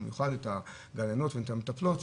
מיוחד את הגננות ואת המטפלות,